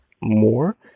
more